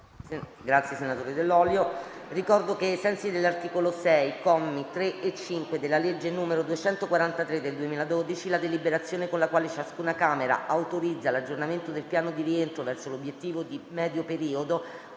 ad intervenire. Ricordo che, ai sensi dell'articolo 6, commi 3 e 5, della legge n. 243 del 2012, la deliberazione con la quale ciascuna Camera autorizza l'aggiornamento del piano di rientro verso l'obiettivo di medio periodo